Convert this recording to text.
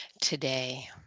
today